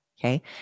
Okay